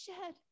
shed